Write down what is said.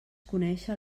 conèixer